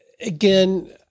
again